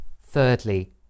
Thirdly